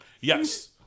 Yes